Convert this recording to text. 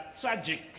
tragic